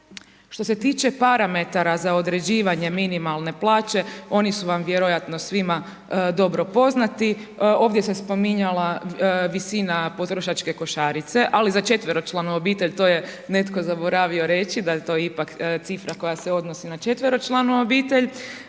Što se tiče parametara za određivanje minimalne plaće, oni su vam vjerojatno svima dobro poznati, ovdje se spominjala visina potrošačke košarice ali za četveročlanu obitelj, to je netko zaboravio reći, da je to ipak cifra koja se odnosi na četveročlanu obitelj,